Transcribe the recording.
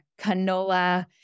canola